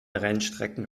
rennstrecken